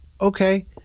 okay